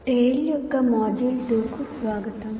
TALE యొక్క module 2 కు స్వాగతం